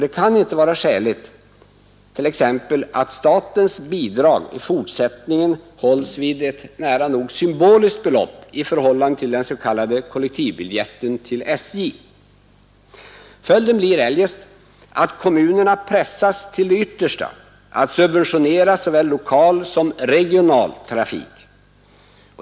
Det kan inte vara skäligt t.ex. att statens bidrag i fortsättningen hålls vid ett nära nog symboliskt belopp i förhållande till den s.k. kollektivbiljetten till SJ. Följden blir eljest att kommunerna pressas till det yttersta att subventionera såväl lokal som regional trafik.